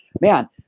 man